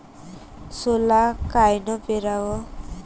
सोला कायनं पेराव?